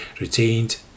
retained